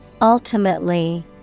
Ultimately